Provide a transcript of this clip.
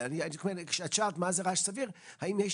למה: למעשה